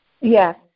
Yes